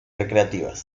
recreativas